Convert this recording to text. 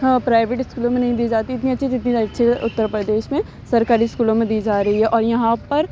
private اسکولوں میں نہیں دی جاتی اتنی اچھی جتنی اچھی اتر پردیش میں سرکاری اسکولوں میں دی جا رہی ہے اور یہاں پر